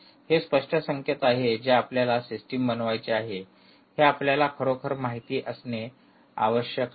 हे स्पष्ट संकेत आहे जे आपल्याला सिस्टम बनवायचे आहे हे आपल्याला खरोखर माहिती असणे आवश्यक आहे